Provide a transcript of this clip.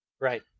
Right